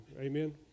Amen